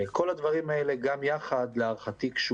להערכתי כל הדברים האלה גם יחד קשורים.